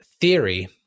theory